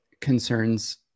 concerns